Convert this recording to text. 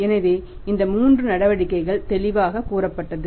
எனவே இந்த 3 நடவடிக்கைகள் தெளிவாகக் கூறப்பட்டது